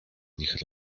nich